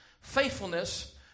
faithfulness